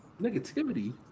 Negativity